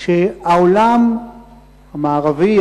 שהעולם המערבי,